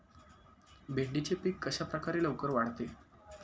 भेंडीचे पीक कशाप्रकारे लवकर वाढते?